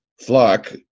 flock